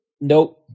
Nope